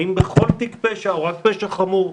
האם בכל תיק פשע או רק פשע חמור,